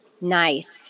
Nice